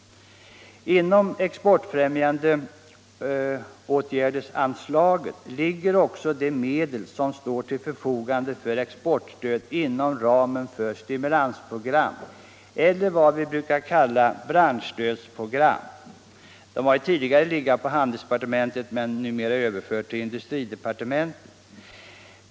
Inom anslaget för exportfrämjande åtgärder ligger också de medel som står till förfogade för exportstöd inom ramen för stimulansprogram eller vad vi brukar kalla branschstödsprogram. Det har tidigare legat på handelsdepartementet men numera överförts till industridepartementet.